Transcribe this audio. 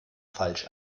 falsch